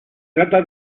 trata